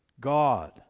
god